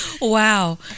Wow